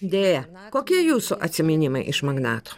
deja kokie jūsų atsiminimai iš magnato